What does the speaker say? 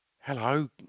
Hello